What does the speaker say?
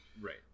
right